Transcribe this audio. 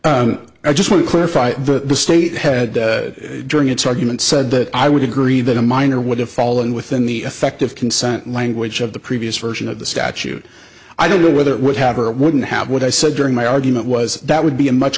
place i just want clarify for the state head during its argument said that i would agree that a minor would have fallen within the effective consent language of the previous version of the statute i don't know whether it would have or wouldn't have what i said during my argument was that would be a much